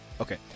Okay